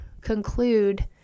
conclude